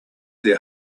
their